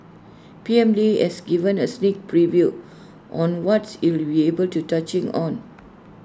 P M lee has given A sneak preview on what's he'll be able to touching on